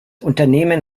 unternehmen